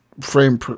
frame